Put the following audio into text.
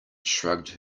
shrugged